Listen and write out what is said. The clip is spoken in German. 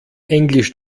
englisch